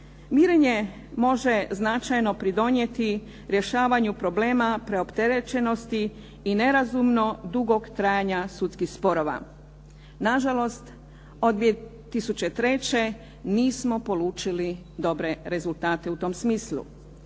mirenje može značajno pridonijeti rješavanju problema preopterećenosti i nerazumno dugog trajanja sudskih sporova. Nažalost, od 2003. nismo polučili dobre rezultate u tom smislu.